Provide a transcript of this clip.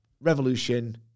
revolution